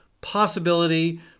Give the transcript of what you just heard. possibility